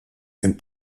dem